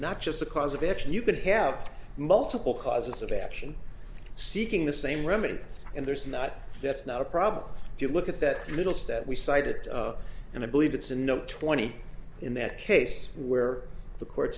not just the cause of action you could have multiple causes of action seeking the same remedy and there's not that's not a problem if you look at that little stat we cited and i believe it's a no twenty in that case where the court